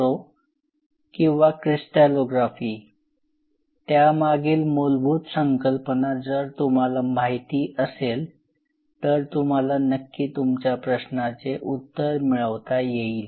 असो किंवा क्रिस्टलोग्राफी त्या मागील मूलभूत संकल्पना जर तुम्हाला माहिती असेल तर तुम्हाला नक्की तुमच्या प्रश्नाचे उत्तर मिळवता येईल